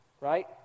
right